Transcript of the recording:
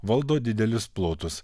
valdo didelius plotus